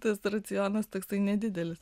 tas racionas toksai nedidelis